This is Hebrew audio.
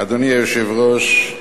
אדוני היושב-ראש,